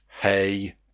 hey